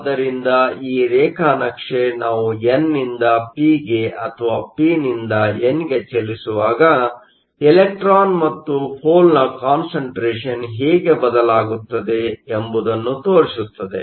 ಆದ್ದರಿಂದ ಈ ರೇಖಾ ನಕ್ಷೆ ನಾವು ಎನ್ ನಿಂದ ಪಿ ಗೆ ಅಥವಾ ಪಿ ನಿಂದ ಎನ್ಗೆ ಚಲಿಸುವಾಗ ಇಲೆಕ್ಟ್ರಾನ್ ಮತ್ತು ಹೋಲ್ನ ಕಾನ್ಸಂಟ್ರೇಷನ್Concentration ಹೇಗೆ ಬದಲಾಗುತ್ತದೆ ಎಂಬುದನ್ನು ತೋರಿಸುತ್ತದೆ